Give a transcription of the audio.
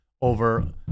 over